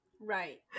Right